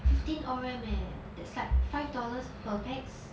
fifteen R_M leh that's like five dollars per pax